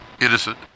innocent